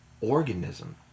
organism